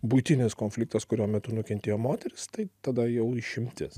buitinis konfliktas kurio metu nukentėjo moteris tai tada jau išimtis